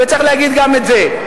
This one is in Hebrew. וצריך להגיד גם את זה.